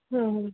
हाँ हाँ